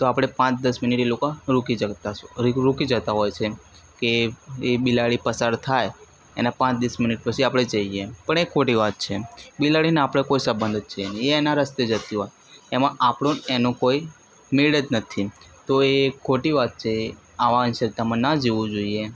તો આપણે પાંચ દસ મિનિટ એ લોકા રોકી જતાં હોય છે એમ કે એ બિલાડી પસાર થાય એના પાંચ દસ મિનિટ પછી આપણે જઇએ એમ પણ એ ખોટી વાત છે એમ બિલાડીને આપણે કોઈ સબંધ જ છે નઇ એમ એ એના રસ્તે જતી હોય એમાં આપણું ને એનું કોઈ મેળ જ નથી તો એ ખોટી વાત છે આવા અંધશ્રદ્ધામાં ન જવું જોઈએ